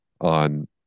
on